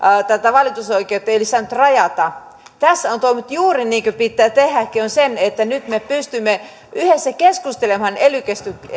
valitusoikeutta ei olisi saanut rajata tässä on toimittu juuri niin kuin pitää tehdäkin niin että nyt me pystymme yhdessä keskustelemaan ely